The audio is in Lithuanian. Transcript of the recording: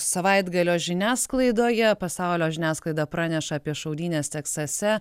savaitgalio žiniasklaidoje pasaulio žiniasklaida praneša apie šaudynes teksase